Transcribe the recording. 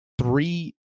three